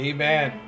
Amen